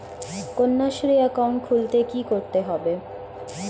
Kanyashree account খুলতে কী করতে হবে?